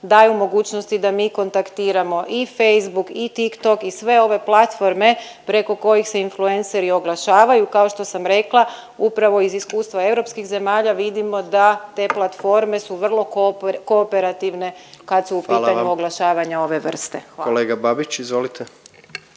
daju mogućnosti da mi kontaktiramo i Facebook i TikTok i sve ove platforme preko kojih se influenseri oglašavaju. Kao što sam rekla upravo iz iskustva europskih zemalja vidimo da te platforme su vrlo kooperativne kad su u pitanju oglašavanja …/Upadica predsjednik: Hvala vam./… ove vrste.